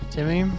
Timmy